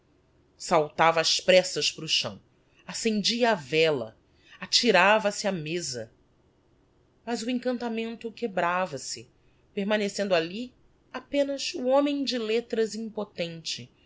saltava ás pressas para o chão accendia a vela atirava-se á mesa mas o encantamento quebrava se permanecendo ali apenas o homem de lettras impotente